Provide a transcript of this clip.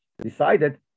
decided